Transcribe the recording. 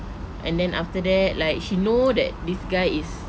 and then after that like she know that this guy is